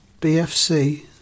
BFC